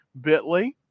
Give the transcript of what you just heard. bit.ly